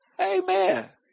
Amen